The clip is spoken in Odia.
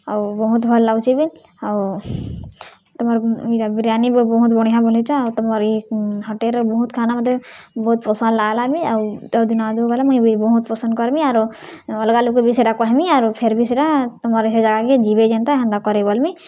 ଆଉ ବହୁତ୍ ଭଲ୍ ଲାଗୁଛେ ବି ଆଉ ତମର୍ ଏଇଟା ବିରିୟାନୀ ବି ବହୁତ୍ ବଢ଼ିଆଁ ବନେଇଚ ଆଉ ତମର୍ ଏ ହଟେଲ୍ରେ ବହୁ୍ତ ଖାନା ମତେ ବହୁତ୍ ପସନ୍ଦ୍ ଲାଗ୍ଲା ବି ଆଉ ଦିନା ଦୁ ଗଲେ ମୁଇଁ ବି ବହୁତ୍ ପସନ୍ଦ୍ କର୍ମି ଆରୁ ଅଲ୍ଗା ଲୋକ୍ ବି ସେଇଟା କହେମି ଆରୁ ଫେର୍ ବି ସେଟା ତମର୍ ସେ ଜାଗାକେ ଯିବେ ଯେନ୍ତା ହେନ୍ତା କରେଇ ବଲ୍ମି